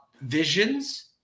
visions